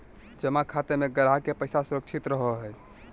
जमा खाते में ग्राहक के पैसा सुरक्षित रहो हइ